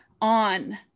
on